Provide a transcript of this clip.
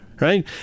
right